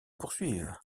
poursuivent